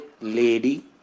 lady